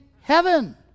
heaven